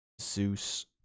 Zeus